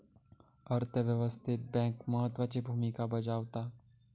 अर्थ व्यवस्थेत बँक महत्त्वाची भूमिका बजावता